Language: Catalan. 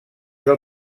del